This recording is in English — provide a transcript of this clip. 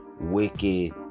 wicked